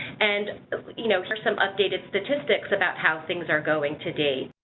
and you know hear some updated statistics about how things are going to date.